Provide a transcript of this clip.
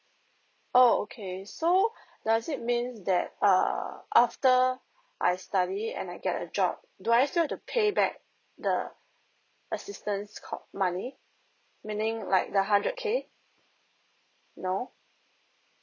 oh okay so does it mean that err after I study and I get a job do I still have to pay back the assistants com money meaning like the hundred K no